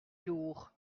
lourd